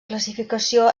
classificació